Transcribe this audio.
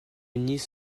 unis